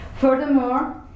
Furthermore